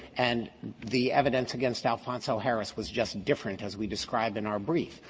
and the evidence against alphonso harris was just different as we describe in our brief.